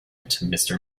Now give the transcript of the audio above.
into